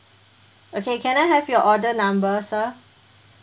okay can I have your order number sir